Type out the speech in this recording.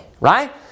right